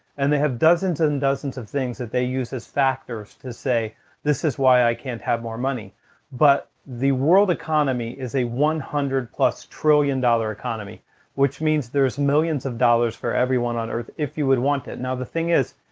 and they have dozens and dozens of things that they use as factors to say this is why i can't have more money but the world economy is a one hundred plus trillion dollar economy which means there's millions of dollars for everyone on earth if you would want it. now the thing is,